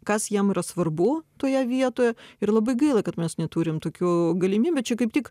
kas jiem yra svarbu toje vietoje ir labai gaila kad mes neturim tokių galimybių čia kaip tik